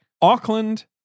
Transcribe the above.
Auckland